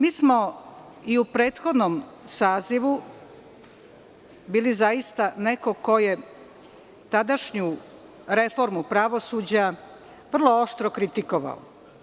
Mi smo i u prethodnom sazivu bili zaista neko ko je tadašnju reformu pravosuđa vrlo oštro kritikovao.